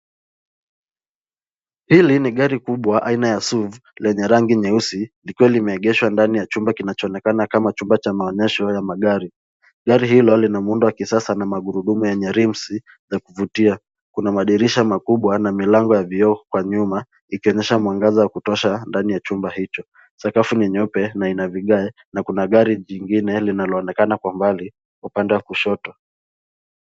Hili ni gari kubwa aina ya Suv, lenye rangi nyeusi likiwa limeegeshwa ndani ya chumba kinachoonekana kama chumba cha maonyesho ya magari. Gari hilo lina muundo wa kisasa na magurudumu yenye rimu za kuvutia. Kuna madirisha makubwa na milango ya vioo kwa nyuma, ikionyesha mwangaza wa kutosha ndani ya chumba hicho. Sakafu ni nyeupe na ina vigae na kuna gari lingine linaloonekana kwa mbali upande wa kushoto.